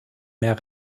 mehr